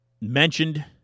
mentioned